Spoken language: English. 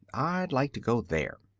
i'd like to go there.